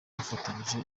bafatanyije